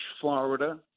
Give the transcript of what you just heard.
Florida